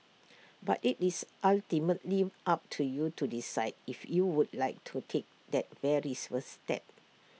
but IT is ultimately up to you to decide if you would like to take that very first step